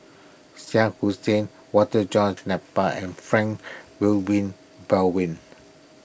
Shah Hussain Walter John Napier and Frank Wilmin Belwin